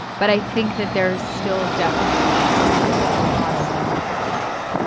but i think that there's still definitely a lot of men that are like,